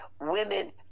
women